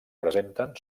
presenten